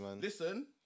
listen